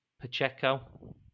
Pacheco